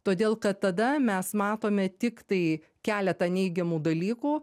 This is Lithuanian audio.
todėl kad tada mes matome tiktai keletą neigiamų dalykų